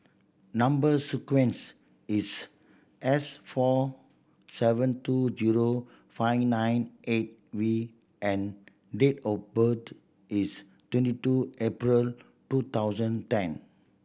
number sequence is S four seven two zero five nine eight V and date of birth is twenty two April two thousand ten